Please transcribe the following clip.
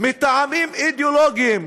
מטעמים אידיאולוגיים,